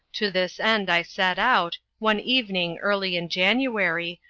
to this end i set out, one evening early in january,